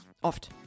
Oft